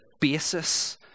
basis